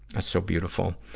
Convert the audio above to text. ah so beautiful.